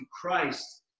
Christ